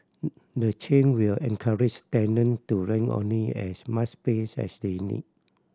the change will encourage tenant to rent only as much pace as they need